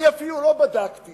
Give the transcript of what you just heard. אני אפילו לא בדקתי